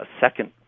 second